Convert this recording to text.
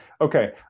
okay